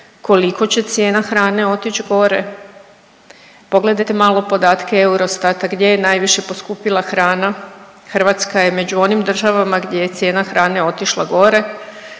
koliko će cijena hrane otići gore? Pogledajte malo podatke Eurostata gdje je najviše poskupila hrana. Hrvatska je među onim državama gdje je cijena hrane otišla gore